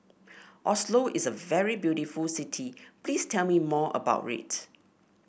Oslo is a very beautiful city please tell me more about it